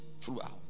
throughout